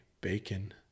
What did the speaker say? bacon